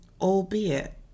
albeit